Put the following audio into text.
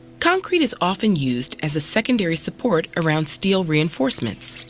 concrete is often used as a secondary support around steel reinforcements.